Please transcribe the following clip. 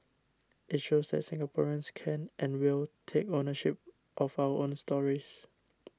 it shows that Singaporeans can and will take ownership of our own stories